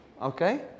okay